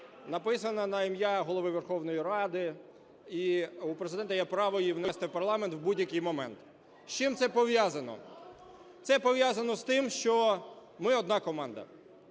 написана на ім'я Голови Верховної Ради, і у Президента є право її внести в парламент в будь-який момент. З чим це пов’язано? Це пов’язано з тим, що ми – одна команда.